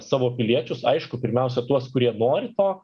savo piliečius aišku pirmiausia tuos kurie nori to